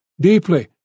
deeply